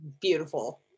beautiful